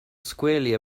squarely